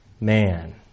man